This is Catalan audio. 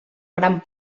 gran